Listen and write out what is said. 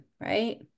Right